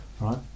Right